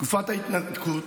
בתקופת ההתנתקות,